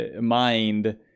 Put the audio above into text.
mind